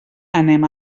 anem